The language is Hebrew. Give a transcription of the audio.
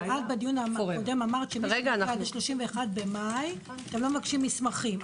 בדיון הקודם אמרת שמי שמגיע עד 31.5 אתם לא מבקשים מסמכים.